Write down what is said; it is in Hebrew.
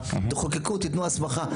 תחוקקו ותנו הסמכה.